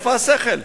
איפה השכל?